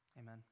Amen